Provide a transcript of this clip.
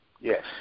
Yes